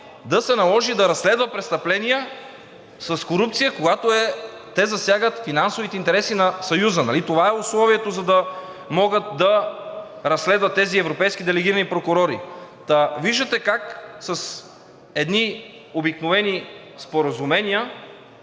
да се наложи да разследва престъпления с корупция, когато те засягат финансовите интереси на Съюза. Нали това е условието, за да могат да разследват тези европейски делегирани прокурори? Виждате как с едни обикновени споразумения